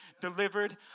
delivered